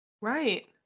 right